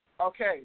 okay